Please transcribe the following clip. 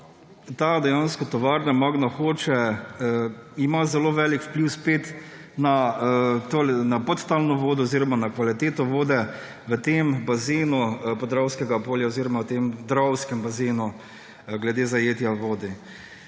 ta tovarna Magna Hoče ima zelo velik vpliv na podtalno vodo oziroma na kvaliteto vode v tem bazenu Dravskega polja oziroma v tem dravskem bazenu glede zajetja vode.